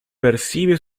recibe